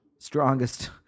Strongest